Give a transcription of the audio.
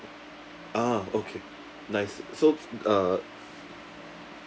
ah okay nice so uh